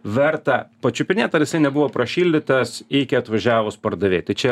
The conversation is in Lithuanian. verta pačiupinėt ar jisai nebuvo prašildytas iki atvažiavus pardavėjui čia